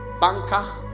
Banker